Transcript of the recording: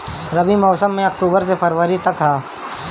रबी के मौसम अक्टूबर से फ़रवरी तक ह